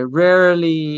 rarely